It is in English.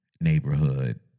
neighborhood